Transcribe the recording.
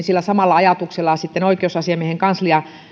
sillä samalla ajatuksella sitten oikeusasiamiehen kanslia